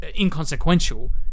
inconsequential